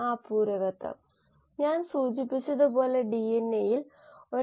അതല്ലാതെ കോശത്തിൽ നിന്ന് പുറത്തുവരുന്ന മറ്റു പല തന്മാത്രകളും ഉണ്ട്